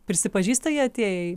prisipažįsta jie atėję